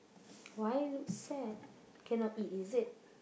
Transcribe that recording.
why look sad cannot eat is it